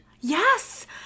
Yes